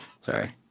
Sorry